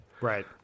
Right